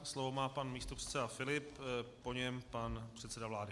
Slovo má pan místopředseda Filip, po něm pan předseda vlády.